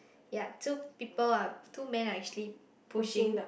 ya so people are two men are actually pushing